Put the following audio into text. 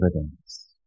evidence